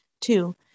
Two